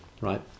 right